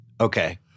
okay